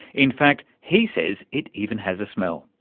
in fact, he says it even has a smell.